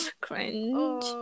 Cringe